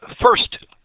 first